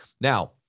Now